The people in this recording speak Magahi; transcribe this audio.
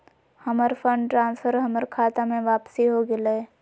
हमर फंड ट्रांसफर हमर खता में वापसी हो गेलय